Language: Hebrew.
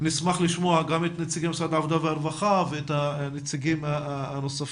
נשמח לשמוע גם את נציגי משרד העבודה והרווחה ואת הנציגים הנוספים,